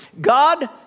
God